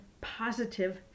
positive